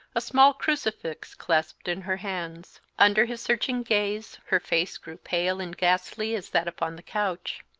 a small crucifix clasped in her hands. under his searching gaze her face grew pale and ghastly as that upon the couch.